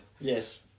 Yes